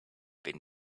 been